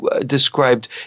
described